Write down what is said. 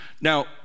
Now